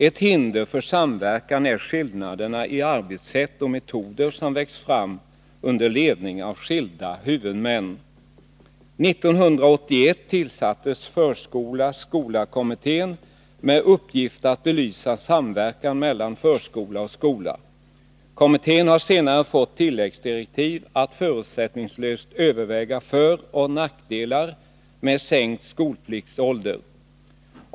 Ett hinder för samverkan är de skillnader i arbetssätt och metoder som växt fram under ledning av skilda huvudmän. År 1981 tillsattes Förskola-skola-kommittén med uppgift att belysa samverkan mellan förskola och skola. Kommittén har senare fått i tilläggsdirektiv att förutsättningslöst överväga föroch nackdelar med en sänkt skolpliktsålder.